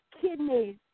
kidneys